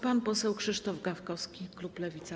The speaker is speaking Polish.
Pan poseł Krzysztof Gawkowski, klub Lewica.